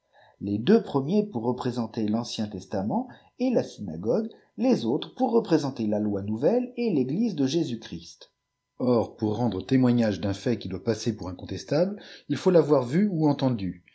les deux premiers pour représenter laiicien testament et la synagogue les autres pour représenter la loi nouvelle et l'eglise de jésus-christ des apparitions lol or pour rendre témoignage d'un fait qui doit passer pour incontestable il faut l'avoir vu ou entendu